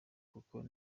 kuko